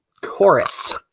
Chorus